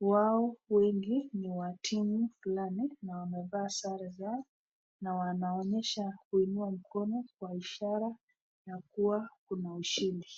wao wengi ni wa timu fulani na wamevaa sare zao na wanaonyesha kuinua mkono kwa ishara na kuwa kuna ushindi.